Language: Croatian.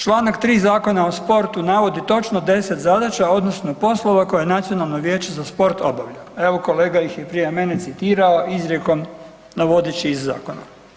Čl. 3. Zakona o sportu navodi točno deset zadaća odnosno poslova koje Nacionalno vijeće za sport obavlja, evo kolega ih je prije mene citirao izrijekom navodeći iz zakona.